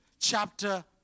chapter